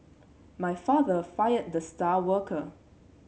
my father fired the star worker